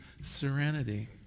serenity